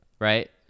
right